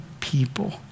people